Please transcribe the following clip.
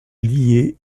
liée